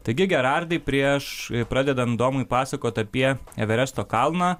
taigi gerardai prieš pradedant domui pasakot apie everesto kalną